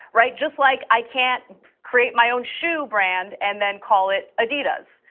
right, just like i can't create my own shoe brand and then call it adidas.